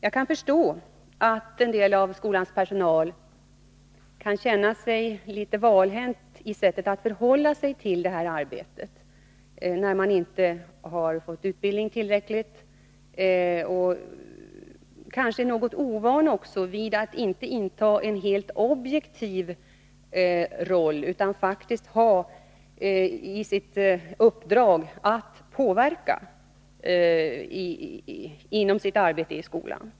Jag kan förstå att vissa bland skolans personal kan känna sig litet valhänta vad gäller sättet att förhålla sig till detta arbete, när de inte har fått tillräcklig utbildning och kanske också är något ovana vid att inte inta en helt objektiv roll — de har ju nu faktiskt i uppdrag att påverka i sin fredsfostran i skolan.